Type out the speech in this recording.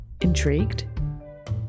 Intrigued